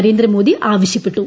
നരേന്ദ്രമോദി ആവശ്യപ്പെട്ടു